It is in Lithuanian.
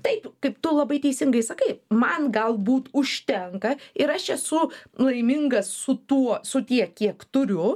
taip kaip tu labai teisingai sakai man galbūt užtenka ir aš esu laimingas su tuo su tiek kiek turiu